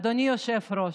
אדוני היושב-ראש,